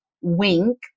Wink